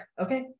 Okay